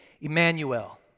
Emmanuel